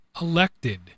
elected